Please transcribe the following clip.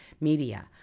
media